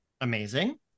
Amazing